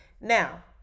Now